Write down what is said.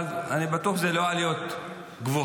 אבל אני בטוח שזה לא עלויות גבוהות.